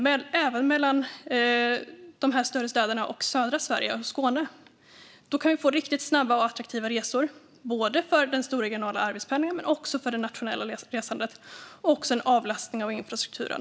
Men det handlar även om trafik mellan de här större städerna och södra Sverige och Skåne. Då kan vi få riktigt snabba och attraktiva resor både för den stora regionala arbetspendlingen och för det nationella resandet. Det blir också en avlastning av infrastrukturen.